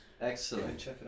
Excellent